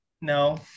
No